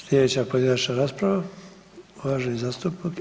Sljedeća pojedinačna rasprava uvaženi zastupnik